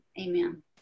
Amen